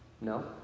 No